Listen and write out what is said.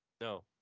No